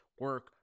Work